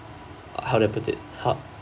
uh how do I put it how